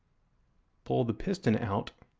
pull the piston out,